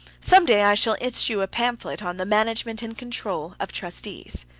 some day i shall issue a pamphlet on the management and control of trustees.